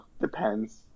Depends